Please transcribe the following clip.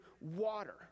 water